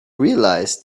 realise